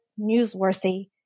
newsworthy